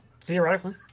Theoretically